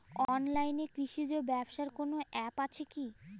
অনলাইনে কৃষিজ ব্যবসার কোন আ্যপ আছে কি?